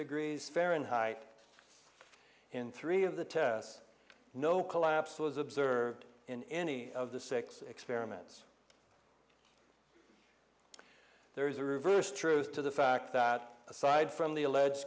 degrees fahrenheit in three of the tests no collapse was observed in any of the six experiments there is a reverse truth to the fact that aside from the alleged